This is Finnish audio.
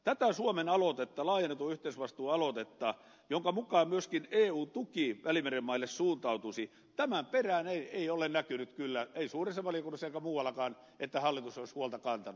tämän suomen aloitteen laajennetun yhteisvastuun aloitteen jonka mukaan myöskin eun tuki välimeren maille suuntautuisi perään ei ole näkynyt kyllä ei suuressa valiokunnassa eikä muuallakaan että hallitus olisi huolta kantanut